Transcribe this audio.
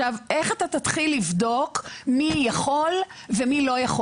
איך אתה תתחיל לבדוק מי יכול ומי לא יכול?